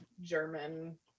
German